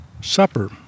supper